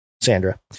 Sandra